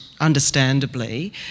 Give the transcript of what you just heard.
understandably